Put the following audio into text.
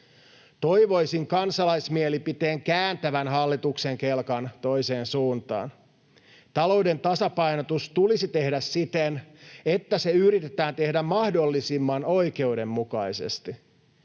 Toivoisin kansalaismielipiteen kääntävän hallituksen kelkan toiseen suuntaan. Talouden tasapainotus tulisi tehdä siten, että se yritetään tehdä mahdollisimman oikeudenmukaisesti.